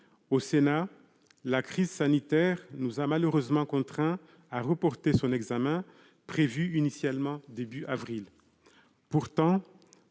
Au Sénat, la crise sanitaire nous a malheureusement contraints de reporter son examen, prévu initialement début avril. Pourtant,